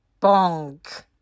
Bonk